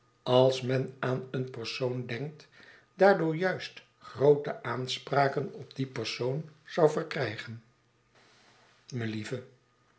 als men aan een persoon denkt daardoor juist groote aanspraken op dien persoon zou verkrijgen melieve